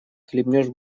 хлебнешь